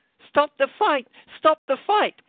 stop the fight! stop the fight!